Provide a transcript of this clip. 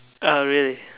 uh really